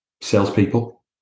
salespeople